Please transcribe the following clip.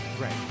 Right